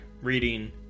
reading